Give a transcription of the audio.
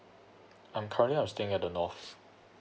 um currently I'm staying at the north